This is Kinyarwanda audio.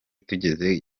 tugeze